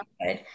good